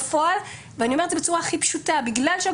בפועל ואני אומרת את זה בצורה הכי פשוטה הגורם